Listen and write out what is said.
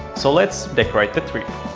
so, let's decorate the tree!